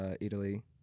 Italy